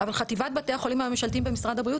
אבל חטיבת בתי החולים הממשלתיים במשרד הבריאות